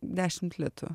dešimt litų